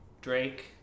Drake